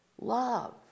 love